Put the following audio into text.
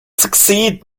succeed